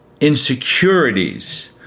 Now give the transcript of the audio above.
insecurities